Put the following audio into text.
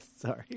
Sorry